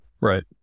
right